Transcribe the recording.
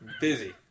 Busy